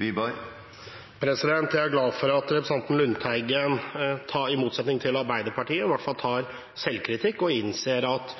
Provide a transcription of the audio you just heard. Jeg er glad for at representanten Lundteigen i motsetning til Arbeiderpartiet tar selvkritikk og innser at